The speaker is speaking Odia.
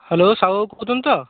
ହ୍ୟାଲୋ ସାହୁ ବାବୁ କହୁଛନ୍ତି ତ